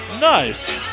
Nice